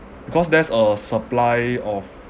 because there's a supply of